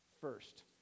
first